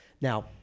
Now